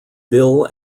bill